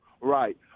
Right